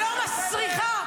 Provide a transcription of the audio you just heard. יאיר לפיד.